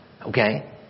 Okay